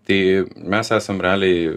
tai mes esam realiai